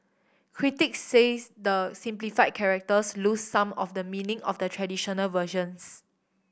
critics say the simplified characters lose some of the meaning of the traditional versions